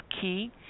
key